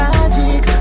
Magic